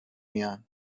میان